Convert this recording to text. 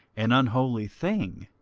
an unholy thing,